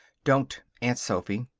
don't, aunt sophy.